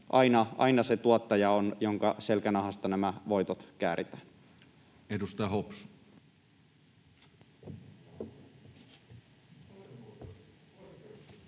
aina se on tuottaja, jonka selkänahasta nämä voitot kääritään. Edustaja Hopsu.